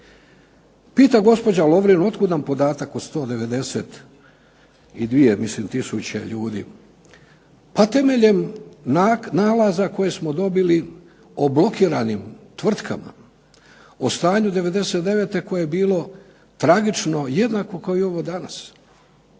Pita gospođa Lovrin otkud nam podatak od 192 mislim tisuće ljudi. Pa temeljem nalaza koje smo dobili o blokiranim tvrtkama, o stanju '99. koje je bilo tragično, jednako kao i ovo danas,